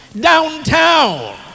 downtown